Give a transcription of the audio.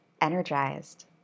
energized